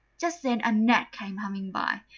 just then a gnat came humming by,